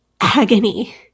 agony